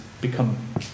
become